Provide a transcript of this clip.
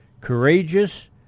courageous